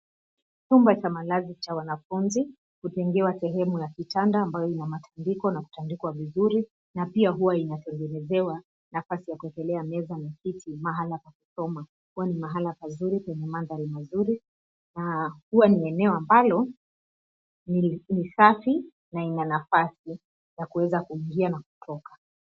Chumba cha malazi cha wanafunzi hujengewa sehemu ya kitanda ambayo inamatandiko na hutandikwa vizuri, na pia huwa inatengenezewa nafasi ya kuekelewa meza na kiti mahala pa kusoma. Kwani ni mahala pazuri yenye mandhari mazuri, na huwa ni eneo ambalo ni safi na ina nafasi ya kuweza kuingia na kutoka.